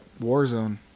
Warzone